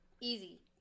Easy